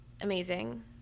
amazing